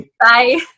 bye